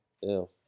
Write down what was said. Ew